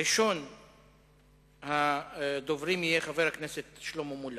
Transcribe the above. ראשון הדוברים יהיה חבר הכנסת שלמה מולה.